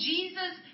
Jesus